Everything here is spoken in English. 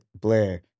Blair